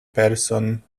person